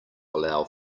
allow